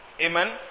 Amen